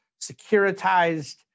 securitized